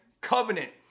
covenant